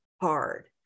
hard